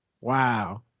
Wow